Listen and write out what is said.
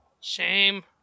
shame